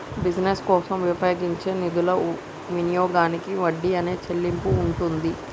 business కోసం ఉపయోగించే నిధుల వినియోగానికి వడ్డీ అనే చెల్లింపు ఉంటుంది